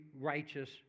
righteous